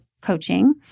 coaching